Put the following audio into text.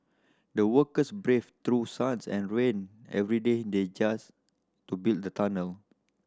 the workers braved through suns and rain every day they just to build the tunnel